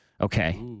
Okay